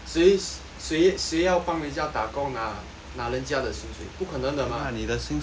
谁谁谁要帮人家打工拿人家的薪水不可能的嘛